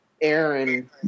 Aaron